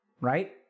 Right